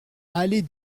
allée